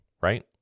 right